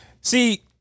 See